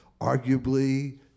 arguably